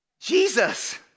Jesus